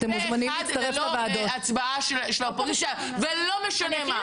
ללא הצבעה של האופוזיציה ולא משנה מה.